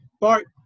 Bart